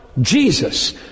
Jesus